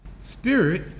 spirit